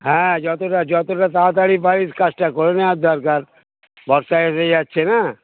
হ্যাঁ যতটা যতটা তাড়াতাড়ি পারিস কাজটা করে নেওয় দরকার বর্ষায় এসে যাচ্ছে না